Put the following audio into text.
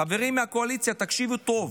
חברים מהקואליציה, תקשיבו טוב,